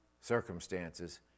circumstances